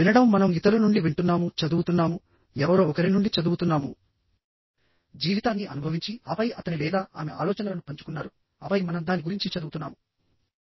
వినడం మనం ఇతరుల నుండి వింటున్నాము చదువుతున్నాము ఎవరో ఒకరి నుండి చదువుతున్నాము జీవితాన్ని అనుభవించి ఆపై అతని లేదా ఆమె ఆలోచనలను పంచుకున్నారు ఆపై మనం దాని గురించి చదువుతున్నాము